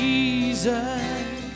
Jesus